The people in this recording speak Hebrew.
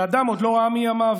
שאדם עוד לא ראה מימיו,